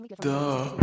Duh